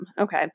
okay